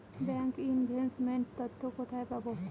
Bank investment তথ্য কোথায় পাব?